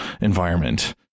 environment